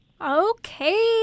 Okay